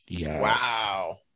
wow